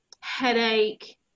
headache